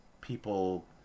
People